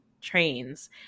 trains